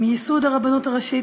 עם ייסוד הרבנות הראשית,